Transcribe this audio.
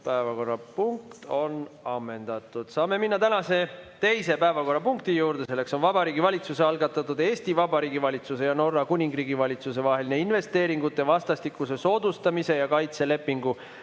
päevakorrapunkt on ammendatud. Saame minna tänase teise päevakorrapunkti juurde. See on Vabariigi Valitsuse algatatud Eesti Vabariigi valitsuse ja Norra Kuningriigi valitsuse vahelise investeeringute vastastikuse soodustamise ja kaitse lepingu